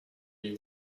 you